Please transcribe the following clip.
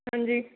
ਹਾਂਜੀ